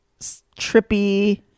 trippy